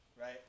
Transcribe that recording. right